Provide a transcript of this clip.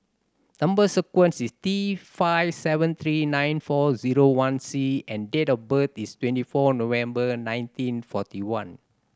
number sequence is T five seven three nine four zero one C and date of birth is twenty four November nineteen forty one